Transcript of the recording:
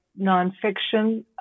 nonfiction